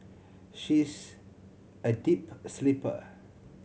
she's a deep sleeper